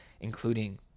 including